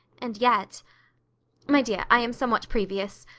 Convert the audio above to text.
and yet my dear, i am somewhat previous.